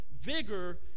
vigor